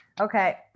okay